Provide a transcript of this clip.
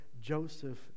Joseph